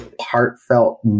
heartfelt